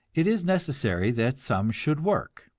it is necessary that some should work.